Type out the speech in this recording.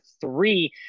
three